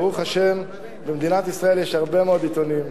ברוך השם, במדינת ישראל יש הרבה מאוד עיתונים,